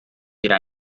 wir